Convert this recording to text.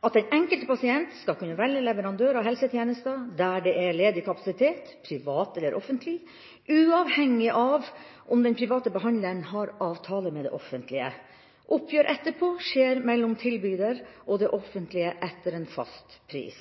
at den enkelte pasient skal kunne velge leverandør av helsetjenester der det er ledig kapasitet, privat eller offentlig, uavhengig av om den private behandleren har avtale med det offentlige. Oppgjør etterpå skjer mellom tilbyder og det offentlige etter en fast pris.